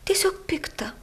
tiesiog pikta